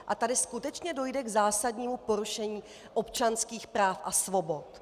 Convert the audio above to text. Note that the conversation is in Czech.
A tady skutečně dojde k zásadnímu porušení občanských práv a svobod.